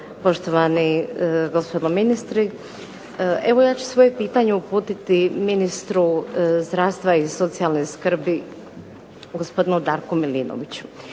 poštovani gospodo ministri. Evo ja ću svoje pitanje uputiti ministru zdravstva i socijalne skrbi gospodinu Darku Milinoviću.